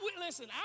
Listen